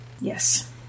Yes